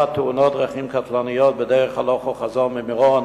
תאונות דרכים קטלניות בדרך הלוך וחזור ממירון,